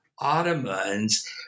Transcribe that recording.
Ottomans